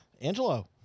Angelo